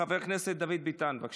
חבר הכנסת דוד ביטן, בבקשה.